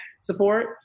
support